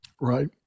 Right